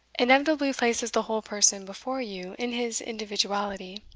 inevitably places the whole person before you in his individuality.